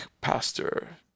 Pastor